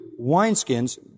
wineskins